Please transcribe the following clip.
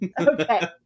okay